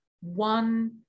One